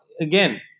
again